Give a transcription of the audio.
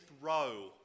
row